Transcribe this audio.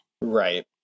Right